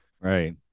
Right